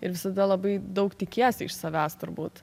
ir visada labai daug tikiesi iš savęs turbūt